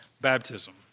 baptism